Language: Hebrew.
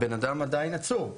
הבן אדם עדיין עצור כרגע,